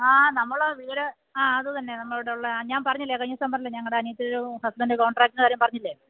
ആ നമ്മള് വീട് ആ അത് തന്നെ നമ്മുടെ ഇവിടെ ഉള്ള ഞാൻ പറഞ്ഞില്ലേ കഴിഞ്ഞ ദിവസം പറഞ്ഞില്ലേ ഞങ്ങളുടെ അനിയത്തിയുടെ ഹസ്ബൻഡ് കോൺട്രാക്ടറിൻ്റെ കാര്യം പറഞ്ഞില്ലേ